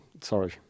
sorry